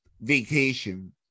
vacation